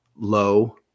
low